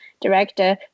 director